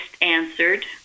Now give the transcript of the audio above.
answered